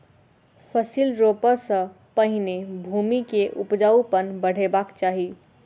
फसिल रोपअ सॅ पहिने भूमि के उपजाऊपन बढ़ेबाक चाही